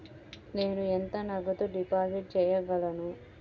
నేను ఎంత నగదు డిపాజిట్ చేయగలను?